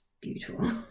beautiful